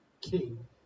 king